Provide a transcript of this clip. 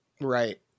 Right